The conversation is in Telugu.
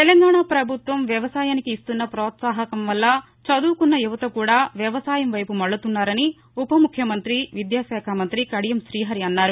తెలంగాణ పభుత్వం వ్యవసాయానికి ఇస్తున్న పోత్సాహం వల్ల చదువుకున్న యువత కూడా వ్వవసాయం వైపు మళ్లతున్నారని ఉప ముఖ్యమంతి విద్యాశాఖ మంతి కడియం ఠీహరి అన్నారు